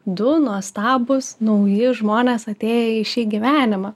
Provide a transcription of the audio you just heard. du nuostabūs nauji žmonės atėję į šį gyvenimą